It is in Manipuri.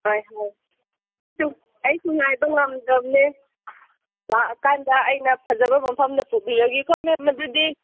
ꯍꯣꯏ ꯍꯣꯏ ꯑꯩꯁꯨ ꯑꯩꯁꯨ ꯉꯥꯏꯕ ꯉꯝꯗ꯭ꯔꯝꯅꯦ ꯂꯥꯛꯂ ꯀꯥꯟꯗ ꯑꯩꯅ ꯐꯖꯕ ꯃꯐꯝꯗ ꯄꯨꯕꯤꯔꯒꯦꯀꯣ ꯃꯦꯝ ꯑꯗꯨꯗꯤ